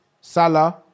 Salah